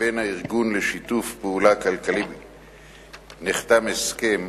לבין הארגון לשיתוף פעולה כלכלי נחתם הסכם,